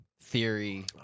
theory